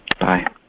bye